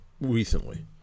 recently